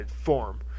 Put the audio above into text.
form